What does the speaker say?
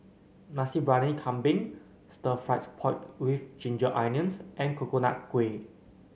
Nasi Briyani Kambing Stir Fried Pork with Ginger Onions and Coconut Kuih